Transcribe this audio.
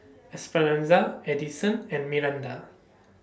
Esperanza Edison and Myranda